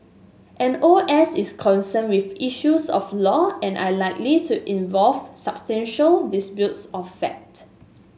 an O S is concerned with issues of law and unlikely to involve substantial disputes of fact